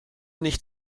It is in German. nicht